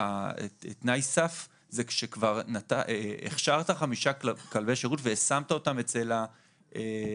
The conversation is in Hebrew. תנאי סף הוא שכבר הכשרת חמישה כלבי שירות ושמת אותם אצל הלקוחות,